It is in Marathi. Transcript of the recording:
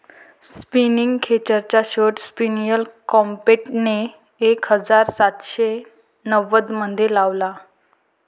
स्पिनिंग खेचरचा शोध सॅम्युअल क्रॉम्प्टनने एक हजार सातशे नव्वदमध्ये लावला